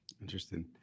Interesting